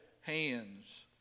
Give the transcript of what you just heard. hands